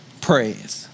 praise